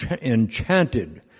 enchanted